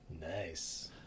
Nice